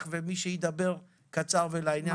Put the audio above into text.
בדברים.